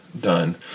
done